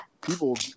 people